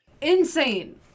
Insane